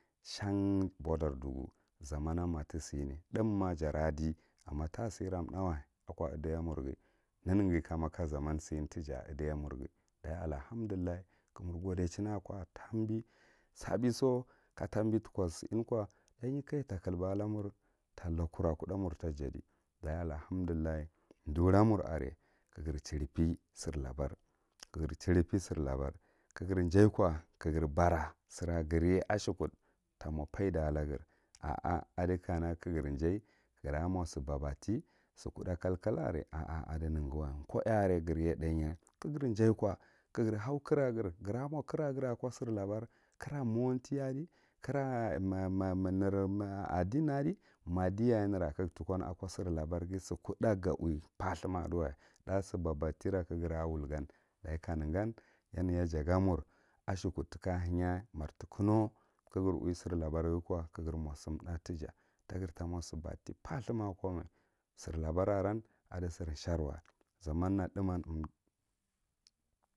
Shari buɗar ɗugu thumma jaraɗi amma ta sira thahwa ako iɗaiya murgha neneghi kama ka zaman tisane tija ako idiye murgha dachi allahamɗullah ka mur godaichin a ko thune kaja ta cliba ala mur ta lakur kuɗɗah mur tajadi, ɗachi ɗura mur are ka gir chiribe sirlabo kagir jayko kagir bara sira girya asheghut ta mi faida lagirr a a adi kana gatajay gramo sikuɗh kakal are a a adi negewa, ko pye a are you thghadi ka gir jay ko ka girr hau kira gir, gira mo kira gir ako sir labara kira mowanti ah kira ma adin adi madiyaye ako sir labarghi sikuɗht ga uwi faghu ma adiwa, thaa sibataffifi ka gira wulgan, dachi kanegan yan ya jaga mur a sikud tika ahiyyah mar tukuno ka gir uwi sir labr kwa ka gir mo simtha tija ta gir ta mo si bati father, ma tija sir laba aran aɗi sir shaariwa zaman thuman.